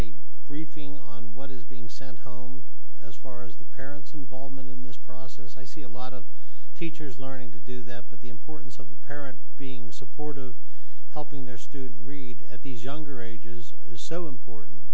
a briefing on what is being sent home as far as the parents involvement in this process i see a lot of teachers learning to do that but the importance of the parent being supportive of helping their students read at these younger ages is so important